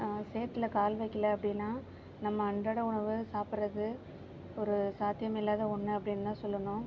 சேத்தில் கால் வைக்கலை அப்படினா நம்ம அன்றாட உணவை சாப்பிட்றது ஒரு சாத்தியமில்லாத ஒன்று அப்படிதான் சொல்லணும்